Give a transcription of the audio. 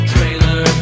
Trailer